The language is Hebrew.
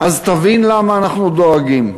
אז תבין למה אנחנו דואגים.